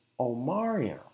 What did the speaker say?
Omarion